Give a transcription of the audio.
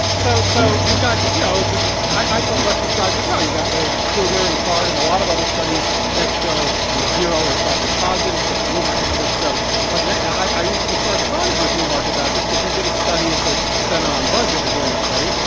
so so you've got you know, the the i thought russ described it well. you've got the krueger and card and a lot of other studies that showzero you know or slightly positive. david neumark and others show slightly like now, i i recently corresponded with neumark about this because we did a study at the center on budget we're doing a study.